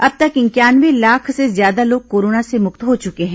अब तक इंक्यानवे लाख से ज्यादा लोग कोरोना से मुक्त हो चुके हैं